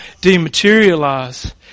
dematerialize